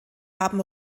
haben